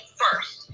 first